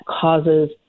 causes